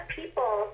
people